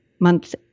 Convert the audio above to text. month's